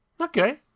okay